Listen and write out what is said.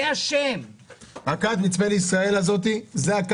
יש עוד